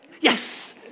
Yes